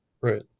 Right